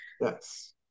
Yes